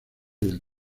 del